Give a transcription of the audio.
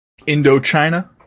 Indochina